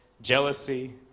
jealousy